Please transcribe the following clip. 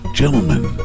gentlemen